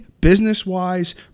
business-wise